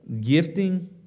gifting